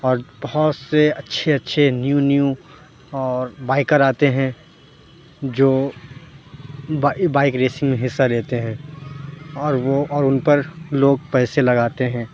اور بہت سے اچھے اچھے نیو نیو اور بائکر آتے ہیں جو بائی بائک ریسنگ میں حصّہ لیتے ہیں اور وہ اور اُن پر لوگ پیسے لگاتے ہیں